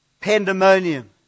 pandemonium